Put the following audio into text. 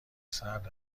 سرد